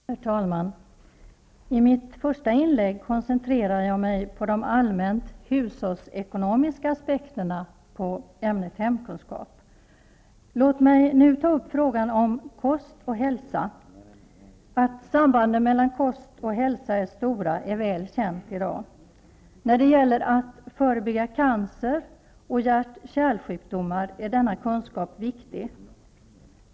Herr talman! I mitt första inlägg koncentrerade jag mig på de allmänt hushållsekonomiska aspekterna på ämnet hemkunskap. Låt mig nu ta upp frågan om kost och hälsa. Att sambanden mellan kost och hälsa är stora är väl känt i dag. När det gäller att förebygga cancer och hjärt--kärl-sjukdomar är denna kunskap viktig.